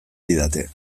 didate